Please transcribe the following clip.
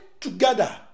together